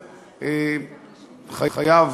חייב,